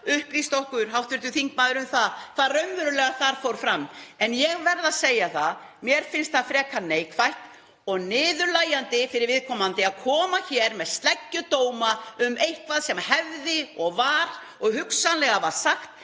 upplýst okkur, hv. þingmaður, um hvað raunverulega þar fór fram. En ég verð að segja það, mér finnst það frekar neikvætt og niðurlægjandi fyrir viðkomandi að koma hér með sleggjudóma um eitthvað sem hefði verið, var og var hugsanlega sagt